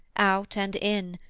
out and in,